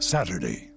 Saturday